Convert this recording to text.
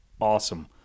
awesome